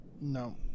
No